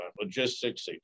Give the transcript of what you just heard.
logistics